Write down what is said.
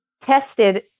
tested